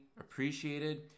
appreciated